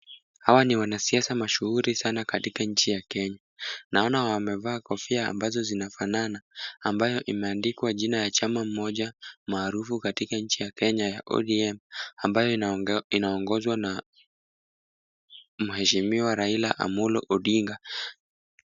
Hawa ni wanasiasa mashuhuri sana katika nchi ya Kenya. Naona wamevaa kofia ambazo zinafanana ambayo imeandikwa jina ya chama moja maarufu katika nchi ya Kenya ya ODM, ambayo inaongozwa na Mheshimiwa Raila Amollo Odinga,